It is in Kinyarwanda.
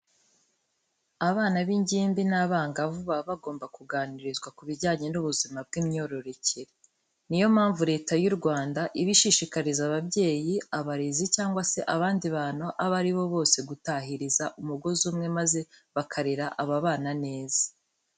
Abana b'ingimbi n'abangavu, baba bagomba kuganirizwa ku bijyanye n'ubuzima bw'imyororokere. Niyo mpamvu Leta y'u Rwanda iba ishishikariza ababyeyi, abarezi cyangwa se abandi bantu abo ari bo bose gutahiriza umugozi umwe maze bakarera aba bana neza.